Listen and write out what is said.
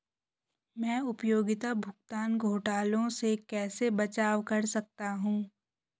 मैं उपयोगिता भुगतान घोटालों से कैसे बचाव कर सकता हूँ?